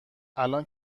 الان